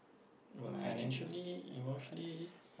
what financially emotionally